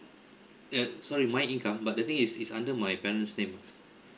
yeah sorry my income but the thing is is under my parents name